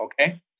Okay